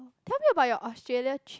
tell me about your Australia trip